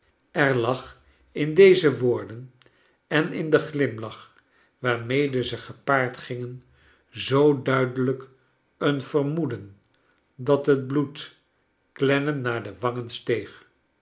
er lag in deze woorden en in den glimlach waarmede ze gepaard gingen zoo duidelijk een vermoeden r dat het bloed olennam naar de wan gen steeg